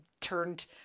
turned